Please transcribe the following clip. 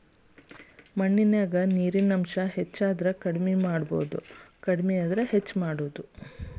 ಮಣ್ಣಿನ್ಯಾಗ ನೇರಿನ ಅಂಶ ಹೆಚಾದರ ಕಡಮಿ ಮಾಡುದು ಕಡಮಿ ಆದ್ರ ಹೆಚ್ಚ ಮಾಡುದು